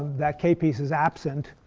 that k piece is absent.